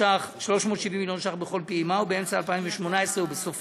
370 מיליון ש"ח בכל פעימה, ובאמצע 2018 ובסופה,